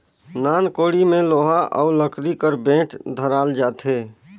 नान कोड़ी मे लोहा अउ लकरी कर बेठ धराल जाथे